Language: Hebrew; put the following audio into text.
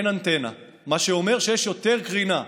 אין אנטנה, מה שאומר שיש יותר קרינה.